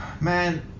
Man